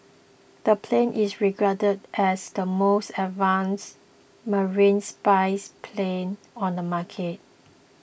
the plane is regarded as the most advanced marine spies plane on the market